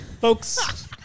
Folks